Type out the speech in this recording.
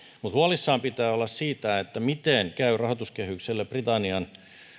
mutta huolissaan pitää olla siitä miten käy rahoituskehykselle britannian